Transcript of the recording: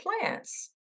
plants